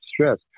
stress